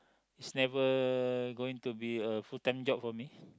is never going to be a full time job for me